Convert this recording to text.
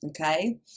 Okay